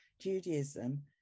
Judaism